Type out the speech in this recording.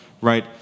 Right